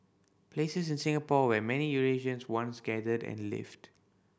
places in Singapore where many Eurasians once gathered and lived